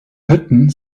hütten